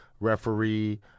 referee